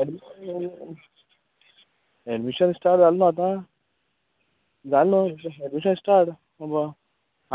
admission admission start जाल न्हय आतां जाल न्हय एडमिशन स्टाट अब